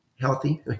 healthy